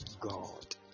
God